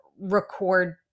record